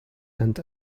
and